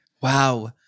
Wow